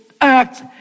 act